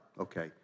okay